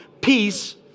Peace